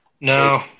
No